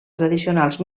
tradicionals